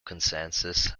consensus